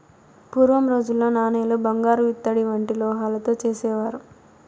పూర్వం రోజుల్లో నాణేలు బంగారు ఇత్తడి వంటి లోహాలతో చేసేవారు